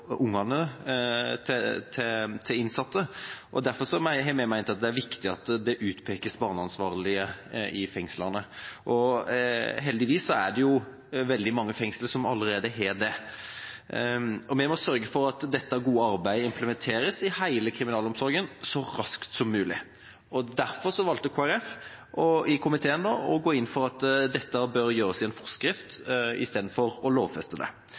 ungene til innsatte. Derfor har vi ment at det er viktig at det utpekes barnansvarlig i fengslene. Heldigvis har veldig mange fengsler dette allerede. Vi må sørge for at dette gode arbeidet så raskt som mulig implementeres i hele kriminalomsorgen. Derfor valgte Kristelig Folkeparti i komiteen å gå inn for at dette bør gjøres i en forskrift – istedenfor å lovfeste det.